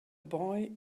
boy